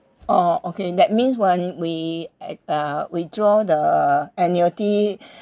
orh okay that means one way at uh withdraw the annuity